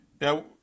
Now